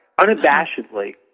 unabashedly